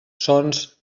sons